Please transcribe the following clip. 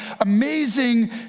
amazing